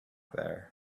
there